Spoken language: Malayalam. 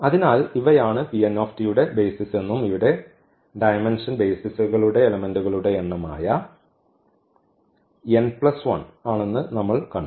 അതിനാൽ ഇവയാണ് യുടെ ബെയ്സിസ് എന്നും ഇവിടെ ഡയമെന്ഷൻ ബെയ്സിസിലെ എലെമെന്റുകളുടെ എണ്ണം ആയ ആണെന്ന് നമ്മൾ കണ്ടു